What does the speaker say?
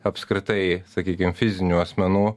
apskritai sakykim fizinių asmenų